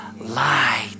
light